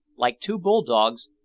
like two bull-dogs,